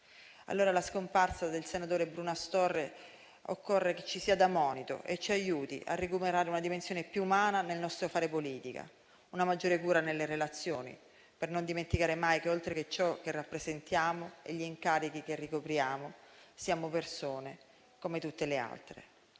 allora che la scomparsa del senatore Bruno Astorre ci sia da monito e ci aiuti a recuperare una dimensione più umana nel nostro fare politica, una maggiore cura nelle relazioni, per non dimenticare mai che, oltre che ciò che rappresentiamo e gli incarichi che ricopriamo, siamo persone come tutte le altre.